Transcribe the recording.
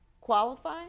qualify